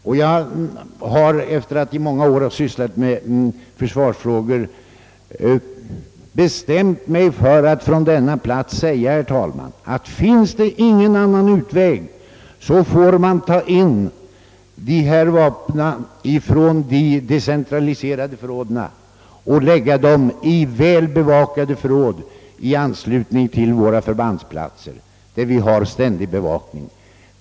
Och jag har efter att i många år ha sysslat med försvarsfrågor bestämt mig för att från denna plats säga, herr talman, att finns det ingen annan utväg får vi ta in dessa vapen från de decentraliserade mobiliseringsförråden och lägga dem i väl bevakade förråd i anslutning till förbandsplatserna där vi har ständig bevakning.